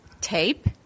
tape